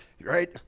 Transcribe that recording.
right